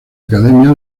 academia